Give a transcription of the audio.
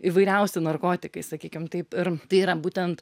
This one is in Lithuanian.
įvairiausi narkotikai sakykim taip ir tai yra būtent